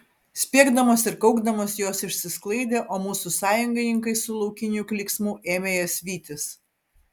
spiegdamos ir kaukdamos jos išsisklaidė o mūsų sąjungininkai su laukiniu klyksmu ėmė jas vytis